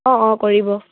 অঁ অঁ কৰিব